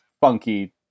funky